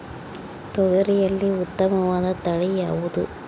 ತೊಗರಿಯಲ್ಲಿ ಉತ್ತಮವಾದ ತಳಿ ಯಾವುದು?